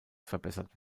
verbessert